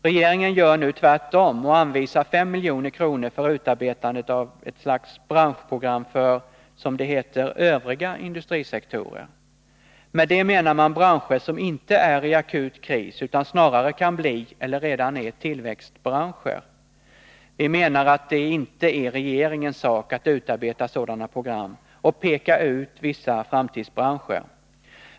Regeringen gör nu tvärtom och anvisar 5 milj.kr. för utarbetande av ett slags branschprogram för, som det heter, övriga industrisektorer. Med det menar man branscher som inte är i akut kris utan snarare kan bli eller redan är tillväxtbranscher. Vi menar att det inte är regeringens sak att utarbeta sådana program och peka ut vissa framtidsbranscher.